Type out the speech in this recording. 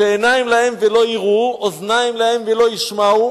שעיניים להם ולא יראו, אוזניים להם ולא ישמעו,